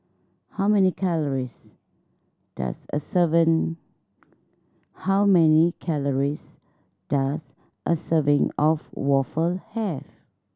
how many calories does a serving how many calories does a serving of waffle have